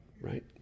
right